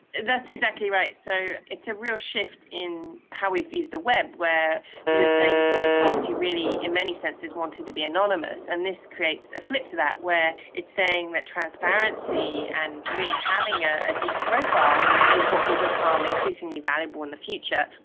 that's exactly right. so it's a real shift in how we view the web, where we were saying in the past you really in many senses wanted to be anonymous and this creates a flip to that where it's saying that transparency and really having ah a deep profile is what will become increasingly valuable in the future.